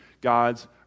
God's